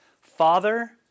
Father